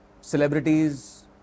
celebrities